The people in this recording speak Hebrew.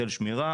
היטל שמירה,